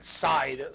side